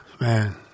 man